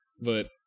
But-